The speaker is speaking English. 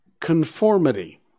conformity